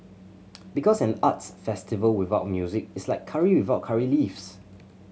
because an arts festival without music is like curry without curry leaves